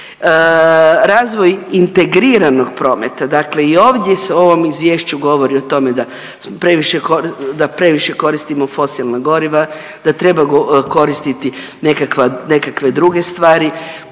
Razvoj integriranog prometa, dakle i ovdje se u ovom izvješću govori o tome da previše koristimo fosilna goriva, da treba koristiti nekakve druge stvari.